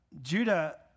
Judah